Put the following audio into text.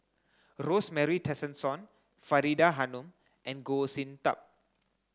Rosemary Tessensohn Faridah Hanum and Goh Sin Tub